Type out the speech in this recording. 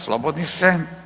Slobodni ste.